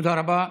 תודה רבה.